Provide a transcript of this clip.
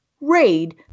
raid